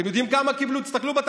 אתם יודעים כמה קיבלו שם?